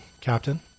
captain